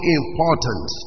important